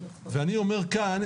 ואני אומר כאן,